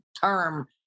term